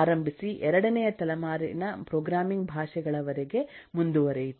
ಆರಂಭಿಸಿ ಎರಡನೇ ತಲೆಮಾರಿನ ಪ್ರೋಗ್ರಾಮಿಂಗ್ ಭಾಷೆಗಳವರೆಗೆ ಮುಂದುವರೆಯಿತು